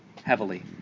heavily